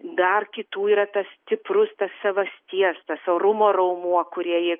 dar kitų yra tas stiprus tas savasties tas orumo raumuo kūrie jį